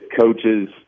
coaches